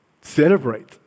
celebrate